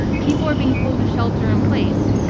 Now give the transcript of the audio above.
people are being told to shelter in place.